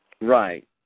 Right